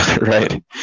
Right